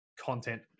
content